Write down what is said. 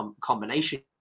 combination